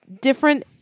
different